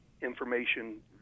information